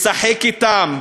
לשחק אתם,